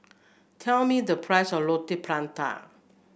tell me the price of Roti Prata